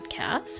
podcast